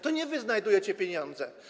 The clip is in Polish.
To nie wy znajdujecie pieniądze.